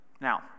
Now